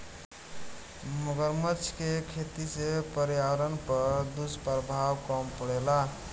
मगरमच्छ के खेती से पर्यावरण पर दुष्प्रभाव कम पड़ेला